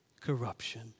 corruption